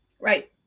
Right